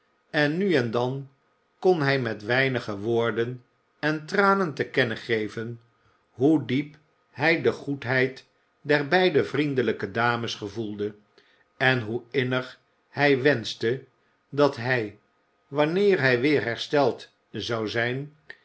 en nu en dan kon hij met weinige woorden en tranen te kennen geven hoe diep hij de goedheid der beide vriendelijke dames gevoelde en hoe innig hij wenschte dat hij wanneer hij weer hersteld zou zijn